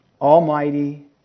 almighty